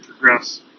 progress